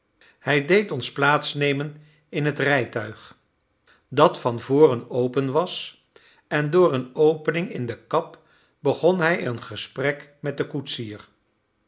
hij deed ons plaats nemen in het rijtuig dat van voren open was en door een opening in de kap begon hij een gesprek met den koetsier